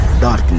Darkness